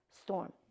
storm